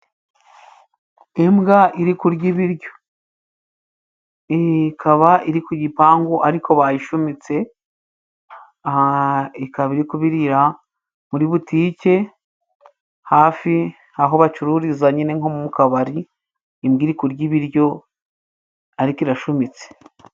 Imbwa iri kurya ibiryo, ikaba iri ku gipangu ariko bayishumitse, ikaba iri kubirira muri butike hafi aho bacururiza nyine nko mu kabari imbwa iri kurya ibiryo ariko irashumitse.